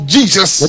Jesus